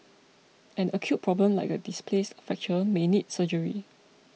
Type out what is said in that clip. an acute problem like a displaced fracture may need surgery